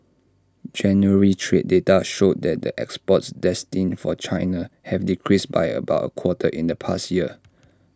January's trade data showed that exports destined for China have decreased by about A quarter in the past year